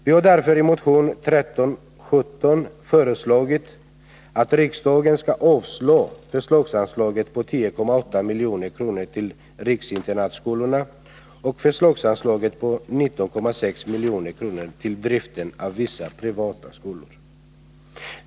Vi har därför i motion 1317 föreslagit att riksdagen skall avslå förslaget om ett förslagsanslag på 10,8 milj.kr. till riksinternatskolorna och ett förslagsanslag på 19,6 milj.kr. till driften av vissa privatskolor.